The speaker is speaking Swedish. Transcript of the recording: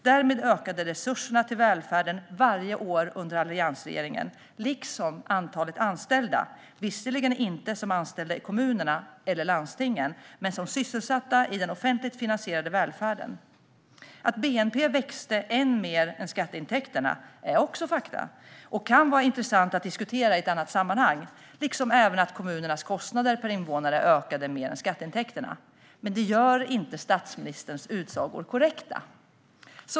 Varje år under alliansregeringen ökade således både resurserna till välfärden och antalet anställda, visserligen inte i kommunerna eller landstingen men i den offentligt finansierade välfärden. Att bnp växte ännu mer än skatteintäkterna är också fakta och kan vara intressant att diskutera i ett annat sammanhang, liksom även att kommunernas kostnader per invånare ökade mer än skatteintäkterna. Det gör dock inte statsministerns utsagor korrekta.